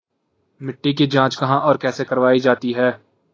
मिट्टी की जाँच कहाँ और कैसे करवायी जाती है?